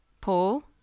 Paul